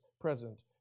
present